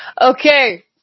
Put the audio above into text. Okay